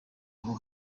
aho